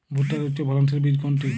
ভূট্টার উচ্চফলনশীল বীজ কোনটি?